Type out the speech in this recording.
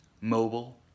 mobile